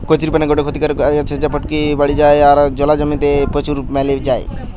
কচুরীপানা গটে ক্ষতিকারক আগাছা যা পটকি বাড়ি যায় আর জলা জমি তে প্রচুর মেলি যায়